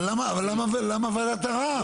אבל למה ועדת ערער?